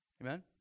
Amen